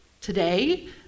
today